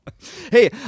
Hey